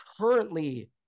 Currently